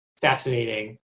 fascinating